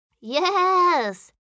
Yes